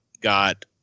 got